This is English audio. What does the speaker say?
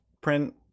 print